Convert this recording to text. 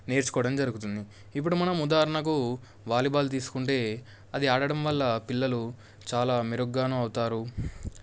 నేర్చుకోవడం జరుగుతుంది ఇప్పుడు మనం ఉదాహరణకు వాలీబాల్ తీసుకుంటే అది ఆడడం వల్ల పిల్లలు చాలా మెరుగ్గాను అవుతారు